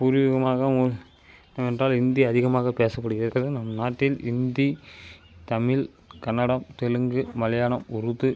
பூர்விகமாக என்னவென்றால் ஹிந்தி அதிகமாக பேசப்படுகிறது நம் நாட்டில் ஹிந்தி தமிழ் கன்னடம் தெலுங்கு மலையாளம் உருது